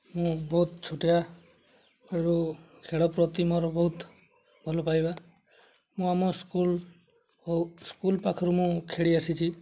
ମୁଁ ବହୁତ ଛୋଟିଆରୁ ଖେଳ ପ୍ରତି ମୋର ବହୁତ ଭଲପାଇବା ମୁଁ ଆମ ସ୍କୁଲ୍ ହଉ ସ୍କୁଲ୍ ପାଖରୁ ମୁଁ ଖେଳି ଆସିଛି